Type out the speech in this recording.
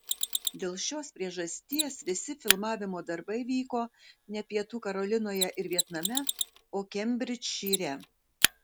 dėl šios priežasties visi filmavimo darbai vyko ne pietų karolinoje ir vietname o kembridžšyre